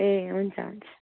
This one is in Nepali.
ए हुन्छ हुन्छ